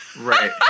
Right